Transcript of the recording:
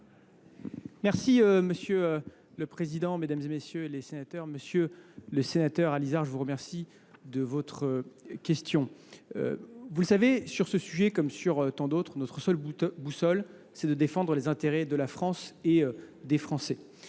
Merci Monsieur le Président, Mesdames et Messieurs les Sénateurs, Monsieur le Sénateur Alizar, je vous remercie de votre question. Vous le savez, sur ce sujet comme sur tant d'autres, notre seul boussole c'est de défendre les intérêts de la France et des Français.